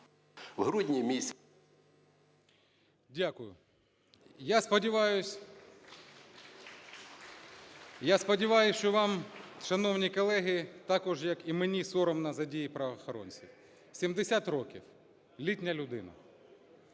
Дякую. Я сподіваюсь, що вам, шановні колеги, також, як і мені, соромно за дії правоохоронців. 70 років, літня людина.